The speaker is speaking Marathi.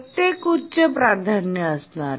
प्रत्येक उच्च प्राधान्य असणा